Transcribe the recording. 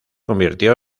convirtió